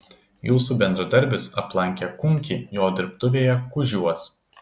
jūsų bendradarbis aplankė kunkį jo dirbtuvėje kužiuos